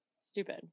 Stupid